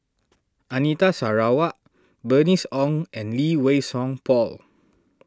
Anita Sarawak Bernice Ong and Lee Wei Song Paul